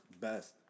best